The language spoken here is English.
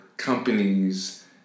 companies